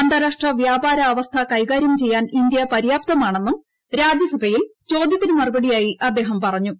അന്താരാഷ്ട്ര വ്യാപാര അവസ്ഥ കൈകാര്യം ചെയ്യാൻ ഇന്ത്യ പര്യാപ്തമാണെന്നും രാജ്യസഭയിൽ ചോദ്യത്തിനു മറുപടിയായി അദ്ദേഹം പറഞ്ഞു